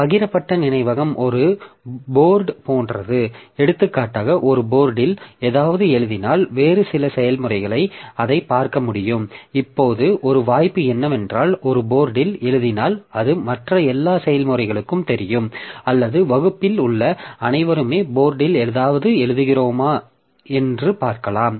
பகிரப்பட்ட நினைவகம் ஒரு போர்டு போன்றது எடுத்துக்காட்டாக ஒரு போர்டில் ஏதாவது எழுதினால் வேறு சில செயல்முறைகள் அதைப் பார்க்க முடியும் இப்போது ஒரு வாய்ப்பு என்னவென்றால் ஒரு போர்டில் எழுதினால் அது மற்ற எல்லா செயல்முறைகளுக்கும் தெரியும் அல்லது வகுப்பில் உள்ள அனைவருமே போர்டில் ஏதாவது எழுதுகிறோமா என்று பார்க்கலாம்